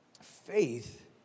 Faith